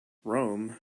rome